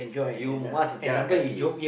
you must have the right kaki